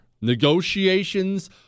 Negotiations